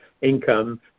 income